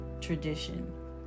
tradition